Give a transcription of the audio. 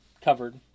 covered